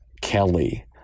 Kelly